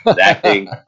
acting